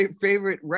favorite